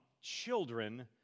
children